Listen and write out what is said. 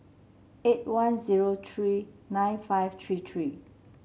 eight one zero three nine five three three